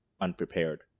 unprepared